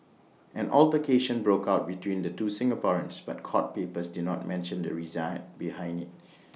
an altercation broke out between the two Singaporeans but court papers did not mention the reason behind IT